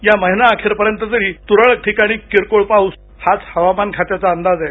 या महिनाअखेरपर्यंत तरी तुरळक ठिकाणी किरकोळ पाऊस हाच हवामान खात्याचा अंदाज आहे